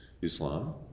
Islam